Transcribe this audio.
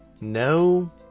No